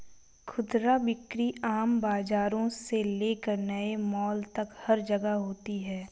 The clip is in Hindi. खुदरा बिक्री आम बाजारों से लेकर नए मॉल तक हर जगह होती है